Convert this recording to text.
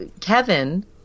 Kevin